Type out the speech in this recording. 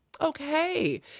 Okay